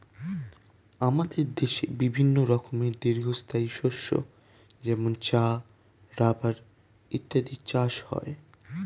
আমাদের দেশে বিভিন্ন রকমের দীর্ঘস্থায়ী শস্য যেমন চা, রাবার ইত্যাদির চাষ হয়